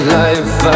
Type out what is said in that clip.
life